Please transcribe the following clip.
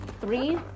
three